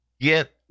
get